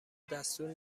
دستور